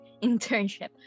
internship